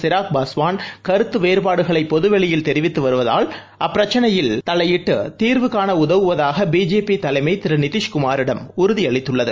சிராக் பாஸ்வான் கருத்து வேறுபாடுகளை பொதுவெளியில் தெரிவித்து வருவதால் அப்பிரச்சினையில் தலையிட்டு தீர்வு காண உதவுவதாக பிஜேபி தலைமை திரு நிதிஷ் குமாரிடம் உறுதி அளித்துள்ளது